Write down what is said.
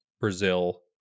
Brazil